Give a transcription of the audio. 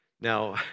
Now